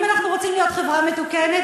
אם אנחנו רוצים להיות חברה מתוקנת,